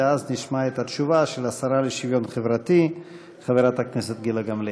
ואז נשמע את התשובה של השרה לשוויון חברתי חברת הכנסת גילה גמליאל.